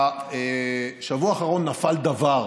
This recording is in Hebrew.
בשבוע האחרון נפל דבר.